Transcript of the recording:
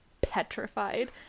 petrified